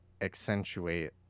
accentuate